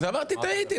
אז, אמרתי: טעיתי.